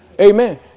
Amen